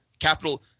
capital